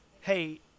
hey